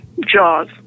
Jaws